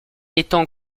étant